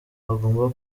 bagomba